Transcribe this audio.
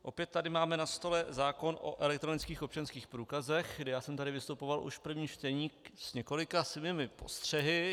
Opět tady máme na stole zákon o elektronických občanských průkazech, kdy jsem tady vystupoval už v prvním čtení s několika svými postřehy.